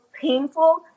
painful